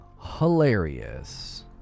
hilarious